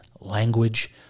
language